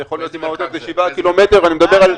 זה יכול להיות במרחק שבעה קילומטר ----- מיקי,